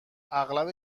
اغلب